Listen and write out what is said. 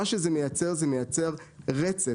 מה שזה מייצר, זה מייצר רצף.